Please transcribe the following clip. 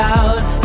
out